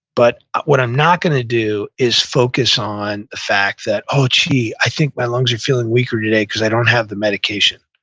but what i'm not going to do is focus on the fact that, oh, gee, i think my lungs are feeling weaker today because i don't have the medication.